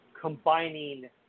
combining